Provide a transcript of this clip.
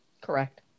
Correct